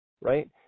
right